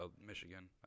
michigan